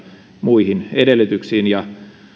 muihin edellytyksiin ja